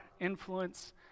influence